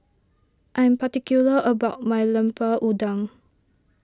I am particular about my Lemper Udang